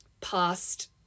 past